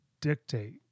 dictate